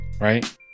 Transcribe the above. right